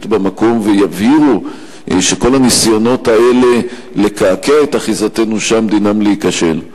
במקום ויבהירו שכל הניסיונות האלה לקעקע את אחיזתנו שם דינם להיכשל?